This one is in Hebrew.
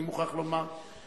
אני מוכרח לומר,